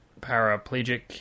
paraplegic